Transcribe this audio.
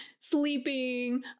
sleeping